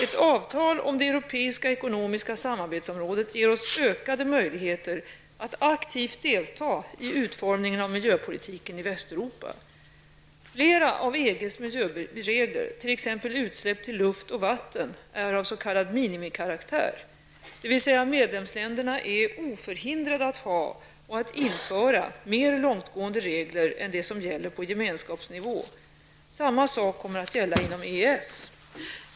Ett avtal om det europeiska ekonomiska samarbetsområdet ger oss ökade möjligheter att aktivt delta i utformningen av miljöpolitiken i Västeuropa. Flera av EGs miljöregler, t.ex. reglerna om utsläpp till luft och vatten, är av s.k. minimikaraktär, dvs. medlemsländerna är oförhindrade att ha och att införa mer långtgående regler än de som gäller på gemenskapsnivå. Samma sak kommer att gälla inom EES.